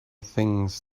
things